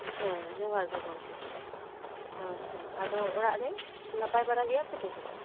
ᱦᱮᱸ ᱡᱚᱦᱟᱨᱜᱮ ᱜᱚᱝᱠᱮ ᱟᱪᱪᱷᱟ ᱟᱫᱚ ᱚᱲᱟᱜ ᱨᱮ ᱱᱟᱯᱟᱭ ᱵᱟᱲᱟ ᱜᱮᱭᱟᱯᱮᱛᱚ ᱡᱷᱚᱛᱚ